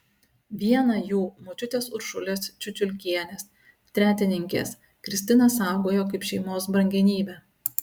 vieną jų močiutės uršulės čiučiulkienės tretininkės kristina saugojo kaip šeimos brangenybę